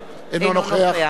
אינו נוכח אינו נוכח.